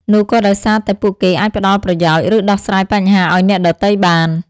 នោះក៏ដោយសារតែពួកគេអាចផ្តល់ប្រយោជន៍ ឬដោះស្រាយបញ្ហាឱ្យអ្នកដទៃបាន។